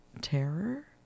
terror